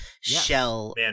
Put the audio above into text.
shell